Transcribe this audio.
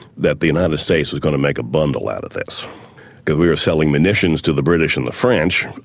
that the united states was going to make a bundle out of this because we were selling munitions to the british and the french,